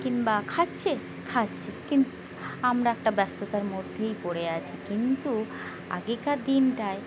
কিংবা খাচ্ছে খাচ্ছে কিন্ত আমরা একটা ব্যস্ততার মধ্যেই পড়ে আছি কিন্তু আগেকার দিনটায়